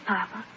Papa